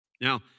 Now